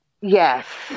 Yes